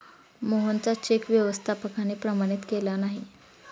मोहनचा चेक व्यवस्थापकाने प्रमाणित केला नाही